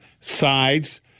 sides